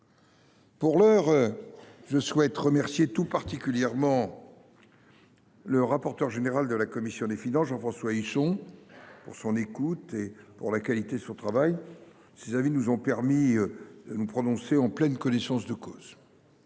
Pour l’heure, je souhaite remercier tout particulièrement le rapporteur général de la commission des finances, Jean François Husson, de son écoute et de la qualité de son travail ; ses avis ont permis à chacun de se prononcer en pleine connaissance de cause.